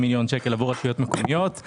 רשויות מקומיות.